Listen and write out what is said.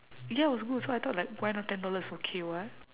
ya was good so I thought like why not ten dollars okay [what]